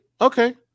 Okay